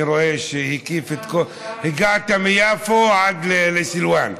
אני רואה שהקיף את הכול, הגעת מיפו עד לסלוואן.